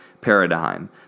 paradigm